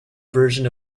version